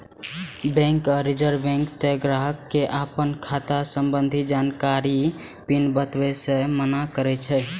bank आ reserve bank तें ग्राहक कें अपन खाता संबंधी जानकारी, पिन बताबै सं मना करै छै